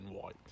white